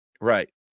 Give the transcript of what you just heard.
Right